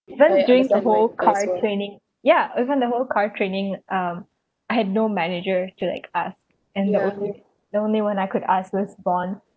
even during the whole card training ya even the whole card training um I had no manager to like ask and the only one I could ask was bond